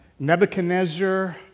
Nebuchadnezzar